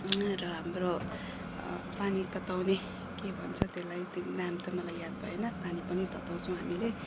र हाम्रो पानी तताउने के भन्छ त्यसलाई नाम त मलाई याद भएन पानी पनि तताउछौँ हामीले